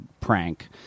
prank